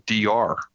DR